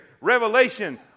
revelation